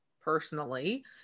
personally